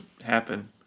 happen